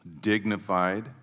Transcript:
dignified